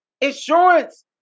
Insurance